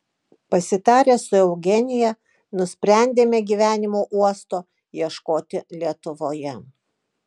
pasitarę su eugenija nusprendėme gyvenimo uosto ieškoti lietuvoje